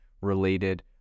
related